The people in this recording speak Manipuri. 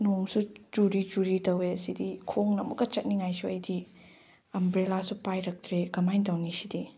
ꯅꯣꯡꯁꯨ ꯆꯨꯔꯤ ꯆꯨꯔꯤ ꯇꯧꯋꯦ ꯁꯤꯗꯤ ꯈꯣꯡꯅ ꯑꯃꯨꯛꯀ ꯆꯠꯅꯤꯡꯉꯥꯏꯁꯨ ꯑꯩꯗꯤ ꯑꯝꯕ꯭ꯔꯦꯂꯥꯁꯨ ꯄꯥꯏꯔꯛꯇ꯭ꯔꯦ ꯀꯃꯥꯏ ꯇꯧꯅꯤ ꯁꯤꯗꯤ